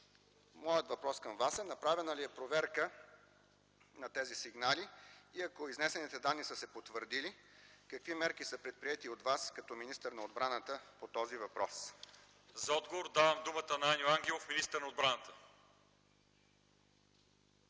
Моят въпрос към Вас е: направена ли е проверка на тези сигнали и, ако изнесените данни са се потвърдили, какви мерки са предприети от Вас като министър на отбраната по този въпрос? ПРЕДСЕДАТЕЛ ЛЪЧЕЗАР ИВАНОВ: За отговор давам думата на Аню Ангелов – министър на отбраната.